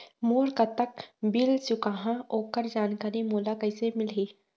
मोर कतक बिल चुकाहां ओकर जानकारी मोला कैसे मिलही?